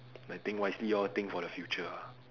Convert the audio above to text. like think wisely lor think for the future